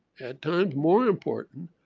at times more important,